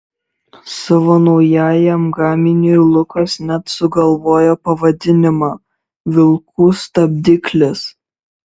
savo naujajam gaminiui lukas net sugalvojo pavadinimą vilkų stabdiklis